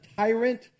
tyrant